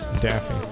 Daffy